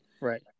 right